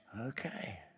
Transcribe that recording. Okay